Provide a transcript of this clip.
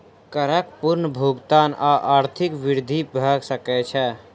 करक पूर्ण भुगतान सॅ आर्थिक वृद्धि भ सकै छै